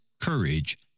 courage